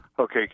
Okay